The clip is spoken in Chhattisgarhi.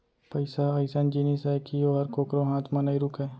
पइसा ह अइसन जिनिस अय कि ओहर कोकरो हाथ म नइ रूकय